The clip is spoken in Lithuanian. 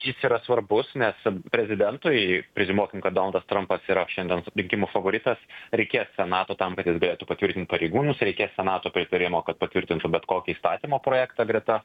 jis yra svarbus nes prezidentui preziumuokim kad donaldas trampas yra šiandien rinkimų favoritas reikės senato tam kad jis galėtų patvirtint pareigūnus reikės senato pritarimo kad patvirtintų bet kokį įstatymo projektą greta